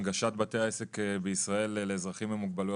הנגשת בתי העסק בישראל לאזרחים עם מוגבלויות